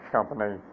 Company